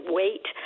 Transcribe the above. wait